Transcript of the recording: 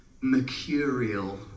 mercurial